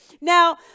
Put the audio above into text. Now